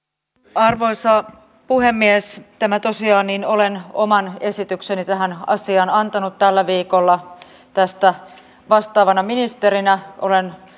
arvoisa puhemies olen tosiaan oman esitykseni tähän asiaan antanut tällä viikolla tästä vastaavana ministerinä olen